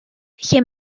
lle